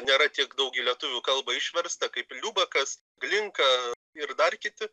nėra tiek daugi į lietuvių kalbą išversta kaip liubekas glinka ir dar kiti